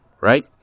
Right